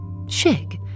Shig